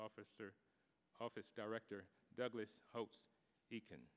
office office director douglas hopes he can